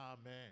Amen